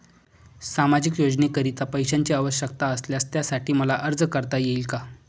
सामाजिक योजनेकरीता पैशांची आवश्यकता असल्यास त्यासाठी मला अर्ज करता येईल का?